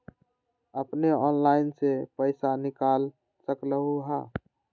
अपने ऑनलाइन से पईसा निकाल सकलहु ह?